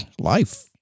Life